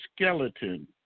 skeleton